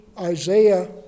Isaiah